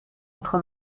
entre